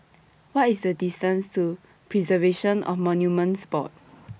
What IS The distance to Preservation of Monuments Board